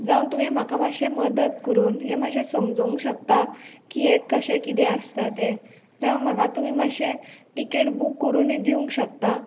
जावं तुमी म्हाका मातशें मदत करून हें मातशें समजोंक शकता की हें कशें किदें आसता तें जावं म्हाका तुमी मातशें टिकेट बूक करूनय दिवंक शकता